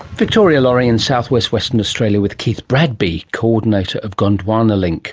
victoria laurie in south-west western australia with keith bradby, coordinator of gondwana link